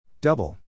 Double